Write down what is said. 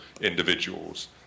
individuals